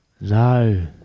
No